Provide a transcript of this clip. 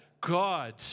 God